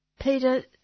Peter